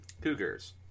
cougars